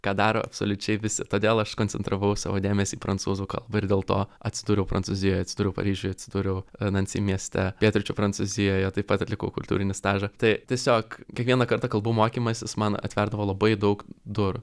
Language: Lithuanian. ką daro absoliučiai visi todėl aš koncentravau savo dėmesį į prancūzų kalbą ir dėl to atsidūriau prancūzijoje atsiduriau paryžiuj atsidūriau nansy mieste pietryčių prancūzijoje taip pat atlikau kultūrinį stažą tai tiesiog kiekvieną kartą kalbų mokymasis man atverdavo labai daug durų